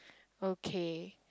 okay